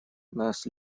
нас